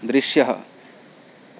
दृश्यः